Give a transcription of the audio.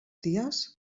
dies